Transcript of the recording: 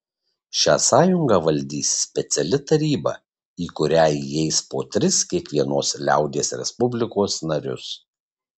šią sąjungą valdys speciali taryba į kurią įeis po tris kiekvienos liaudies respublikos narius